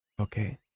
okay